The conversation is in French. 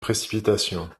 précipitations